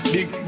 Big